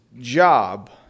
job